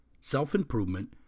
self-improvement